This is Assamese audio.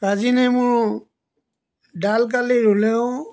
কাজি নেমু ডাল কাটি ৰুলেও